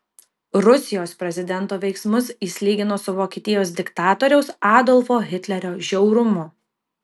rusijos prezidento veiksmus jis lygino su vokietijos diktatoriaus adolfo hitlerio žiaurumu